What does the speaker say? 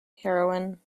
heroine